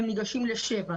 הם ניגשים לשבע.